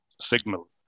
signal